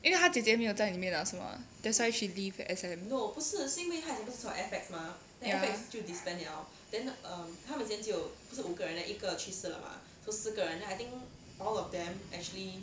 因为他姐姐没有在里面了是 mah that's why she leave S_M ya